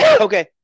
Okay